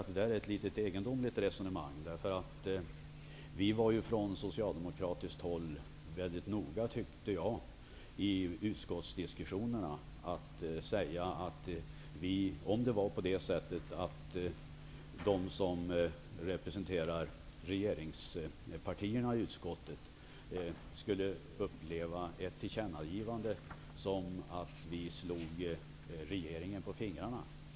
Det är ett något egendomligt resonemang. Vi socialdemokrater var noga med att i utskottsdiskussionerna vid flera tillfällen betona att vi var beredda att formulera ett tillkännagivande så, att regeringen inte skulle behöva uppleva det som att vi slog regeringen på fingrarna.